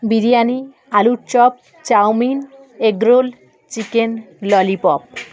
বিরিয়ানি আলুর chop chowmein egg roll chicken lollipop